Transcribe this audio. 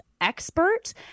expert